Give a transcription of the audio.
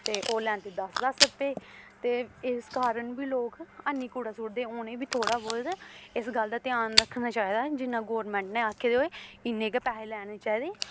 ते ओह् लैंदे दस दस रपेऽ ते इस कारण बी लोक हैनी कूड़ा सुटदे उ'नेंगी बी थोह्ड़ा बोह्त इस गल्ल दा ध्यान रक्खना चाहिदा जिन्ना गौरमैंट ने आक्खे दे होऐ इन्ने गै पैहे लैने चाहिदे